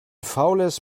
faules